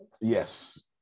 Yes